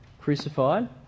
crucified